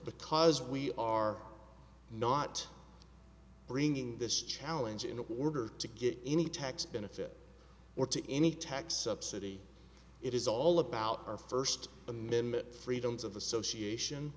because we are not bringing this challenge in order to get any tax benefit or to any tax subsidy it is all about our first amendment freedoms of association